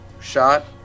shot